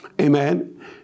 Amen